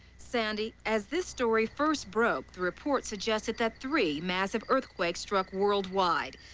sandy, as this story first broke, the reports suggested that three massive earthquakes struck worldwide.